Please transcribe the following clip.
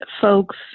folks